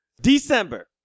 December